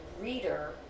reader